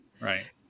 Right